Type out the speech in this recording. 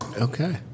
Okay